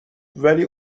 ولی